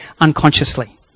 unconsciously